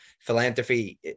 philanthropy